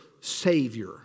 Savior